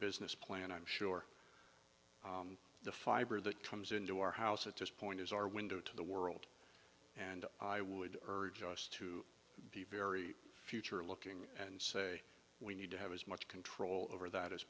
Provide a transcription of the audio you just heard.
business plan i'm sure the fiber of the times into our house at this point is our window to the world and i would urge us to be very future looking and say we need to have as much control over that as